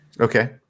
Okay